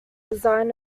design